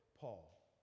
Paul